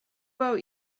boat